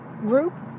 group